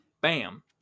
Bam